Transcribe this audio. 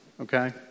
okay